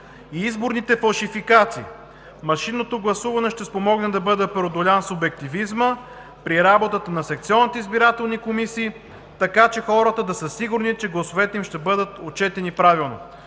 и изборните фалшификации. Машинното гласуване ще спомогне да бъде преодолян субективизмът при работата на секционните избирателни комисии, така че хората да са сигурни, че гласовете им ще бъдат отчетени правилно.“